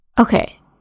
Okay